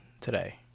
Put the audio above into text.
today